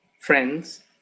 friends